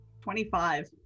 25